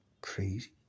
crazy